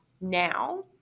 now